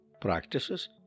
practices